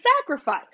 sacrifice